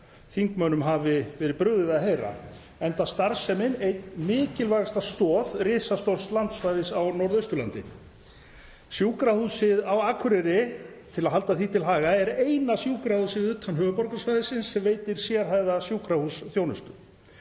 þingmönnum hafi verið brugðið að heyra enda starfsemin ein mikilvægasta stoð risastórs landsvæðis á Norðausturlandi. Sjúkrahúsið á Akureyri, til að halda því til haga, er eina sjúkrahúsið utan höfuðborgarsvæðisins sem veitir sérhæfða sjúkrahúsþjónustu.